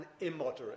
immoderate